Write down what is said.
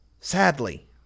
sadly